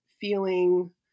feeling